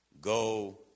Go